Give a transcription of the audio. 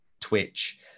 Twitch